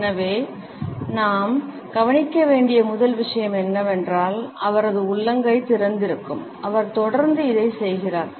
எனவே நாம் கவனிக்க வேண்டிய முதல் விஷயம் என்னவென்றால் அவரது உள்ளங்கை திறந்திருக்கும் அவர் தொடர்ந்து இதைச் செய்கிறார்